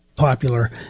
popular